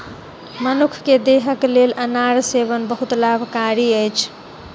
मनुख के देहक लेल अनार सेवन बहुत लाभकारी अछि